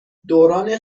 دوران